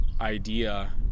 idea